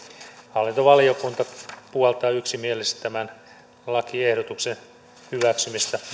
hallintovaliokunta puoltaa yksimielisesti tämän lakiehdotuksen hyväksymistä